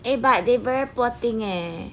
eh but they very poor thing eh